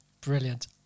Brilliant